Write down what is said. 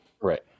Right